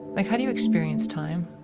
like how do you experience time?